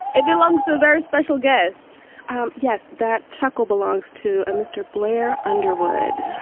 it belongs to a very special guest um yes. that chuckle belongs to a mr. blair underwood